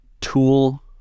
tool